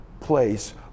place